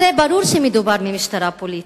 הרי ברור שמדובר במשטרה פוליטית,